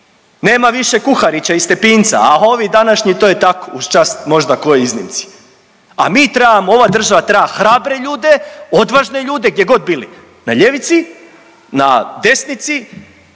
nema više Kuharića i Stepinca, ha ovi današnji to je tako uz čast možda kojoj iznimci. A mi trebamo, ova država treba hrabre ljude, odvažne ljude gdjegod bili na ljevici, na desnici,